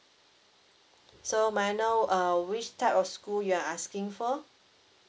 so may I know uh which type of school you're asking for